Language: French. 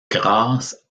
grâce